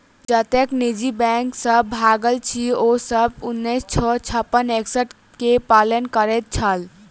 जतेक निजी बैंक सब भागल अछि, ओ सब उन्नैस सौ छप्पन एक्ट के पालन करैत छल